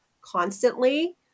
constantly